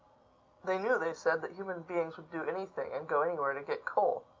they knew, they said, that human beings would do anything, and go anywhere, to get coal.